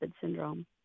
syndrome